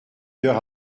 coeur